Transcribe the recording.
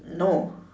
no